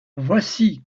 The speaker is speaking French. voici